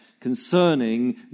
concerning